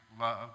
love